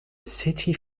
city